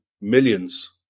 millions